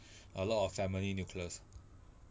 a lot of family nucleus